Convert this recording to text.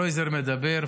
קרויזר מדבר.